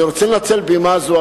אני רוצה לנצל בימה זו,